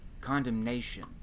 condemnation